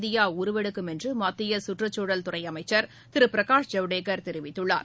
இந்தியாஉருவெடுக்கும் என்றுமத்தியசுற்றுச்சூழல் துறைஅமைச்சர் திருபிரகாஷ் ஜவடேகர் தெரிவித்துள்ளார்